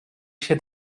się